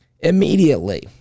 Immediately